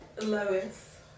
Lois